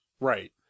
right